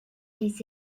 les